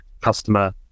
customer